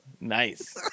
Nice